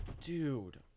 Dude